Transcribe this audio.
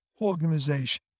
organization